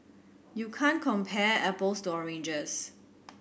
you can't compare apples to oranges